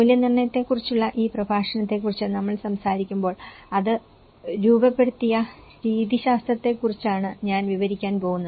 മൂല്യനിർണ്ണയത്തെക്കുറിച്ചുള്ള ഈ പ്രഭാഷണത്തെക്കുറിച്ച് നമ്മൾ സംസാരിക്കുമ്പോൾ അത് രൂപപ്പെടുത്തിയ രീതിശാസ്ത്രത്തെക്കുറിച്ചാണ് ഞാൻ വിവരിക്കാൻ പോകുന്നത്